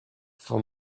for